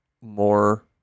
more